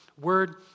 word